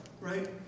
right